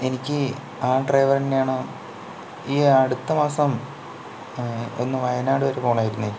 എനിക്ക് ആ ഡ്രൈവറിനെയാണോ ഈ അടുത്ത മാസം ഒന്ന് വയനാട് വരെ പോകണമായിരുന്നേ